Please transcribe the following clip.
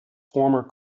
former